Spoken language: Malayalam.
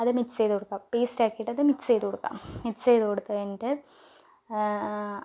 അത് മിക്സ് ചെയ്ത് കൊടുക്കുക പേസ്റ്റ് ആക്കിയിട്ടത് മിക്സ് ചെയ്ത് കൊടുക്കുക മിക്സ് ചെയ്ത് കൊടുത്ത് കഴിഞ്ഞിട്ട്